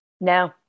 no